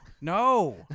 No